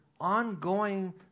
ongoing